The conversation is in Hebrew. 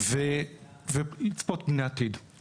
ולצפות פני עתיד.